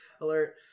alert